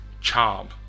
charm